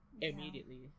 immediately